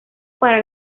para